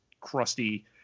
crusty